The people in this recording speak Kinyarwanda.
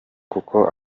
kuko